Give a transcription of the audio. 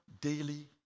daily